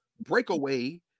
breakaway